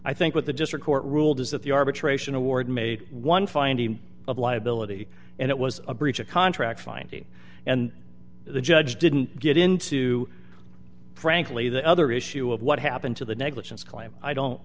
i think what the district court ruled is that the arbitration award made one finding of liability and it was a breach of contract finding and the judge didn't get into frankly the other issue of what happened to the negligence claim i don't